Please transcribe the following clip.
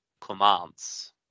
commands